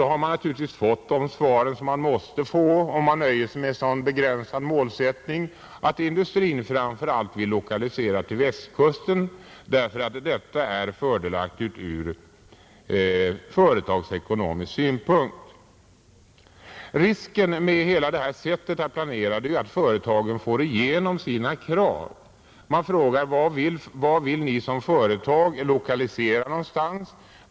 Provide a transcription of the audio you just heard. Då har man naturligtvis fått det svar som man måste få, om man nöjer sig med en så begränsad målsättning, nämligen att industrin framför allt önskar en lokalisering till Västkusten, därför att detta är fördelaktigt ur företagsekonomisk synpunkt. Risken med hela detta sätt att planera är att företagen får igenom sina krav. Man frågar: Var vill ni som företag lokalisera?